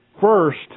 First